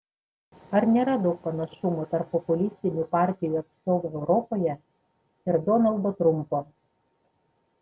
ar nėra daug panašumų tarp populistinių partijų atstovų europoje ir donaldo trumpo